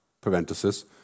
parenthesis